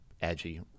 edgy